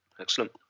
excellent